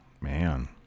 man